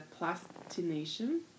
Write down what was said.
plastination